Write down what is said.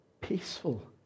peaceful